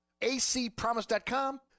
acpromise.com